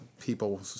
people